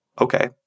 okay